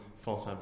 false